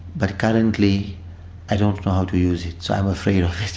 but currently i don't know how to use it, so i'm afraid of it.